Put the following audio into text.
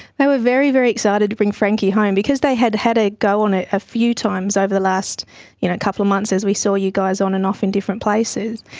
they were very, very excited to bring frankie home. because they had had a go on it a few times over the last couple of months, as we saw you guys on and off in different places,